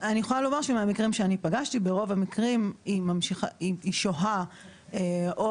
אני יכולה לומר שמהמקרים שאני פגשתי רוב המקרים היא שוהה או